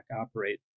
operate